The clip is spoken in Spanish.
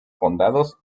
condados